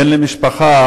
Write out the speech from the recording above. בן למשפחה